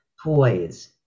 poise